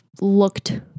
looked